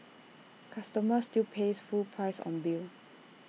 customer still pays full price on bill